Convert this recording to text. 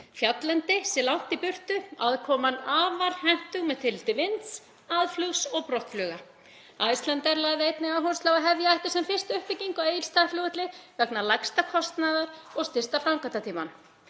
fjalllendi sé langt í burtu, aðkoman afar hentug með tilliti til vinds, aðflugs og brottfluga. Icelandair lagði einnig áherslu á að hefja ætti sem fyrst uppbyggingu á Egilsstaðaflugvelli vegna lægsta kostnaðar og stysta framkvæmdatímans.